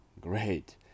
great